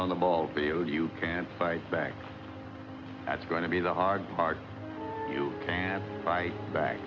on the ball field you can't fight back that's going to be the hard part you can't fight back